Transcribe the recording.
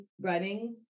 running